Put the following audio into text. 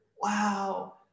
wow